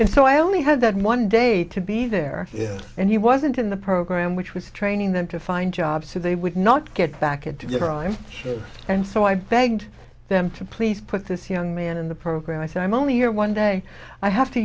and so i only had that one day to be there and he wasn't in the program which was training them to find jobs so they would not get back and to get or i'm sure and so i begged them to please put this young man in the program i said i'm only here one day i have to